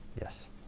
yes